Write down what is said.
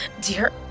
dear